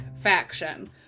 faction